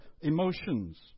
emotions